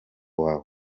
wawe